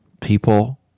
People